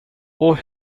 och